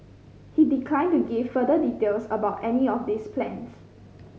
he declined to give further details about any of these plans